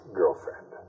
girlfriend